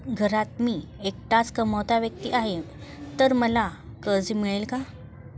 घरात मी एकटाच कमावता व्यक्ती आहे तर मला कर्ज मिळेल का?